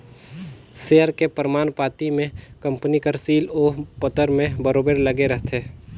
share के परमान पाती में कंपनी कर सील ओ पतर में बरोबेर लगे रहथे